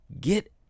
Get